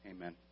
Amen